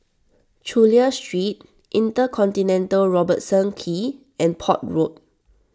Chulia Street Intercontinental Robertson Quay and Port Road